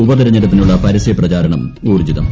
ഉപതെരഞ്ഞെടുപ്പിനുള്ള പരസ്യപ്രചാരണം ഊർജ്ജിതം